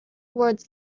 words